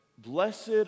Blessed